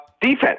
defense